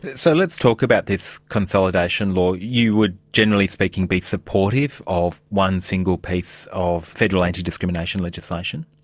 but so let's talk about this consolidation law. you would generally speaking be supportive of one single piece of federal antidiscrimination legislation?